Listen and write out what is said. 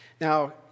Now